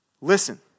listen